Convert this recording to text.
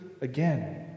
again